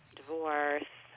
divorce